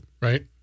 Right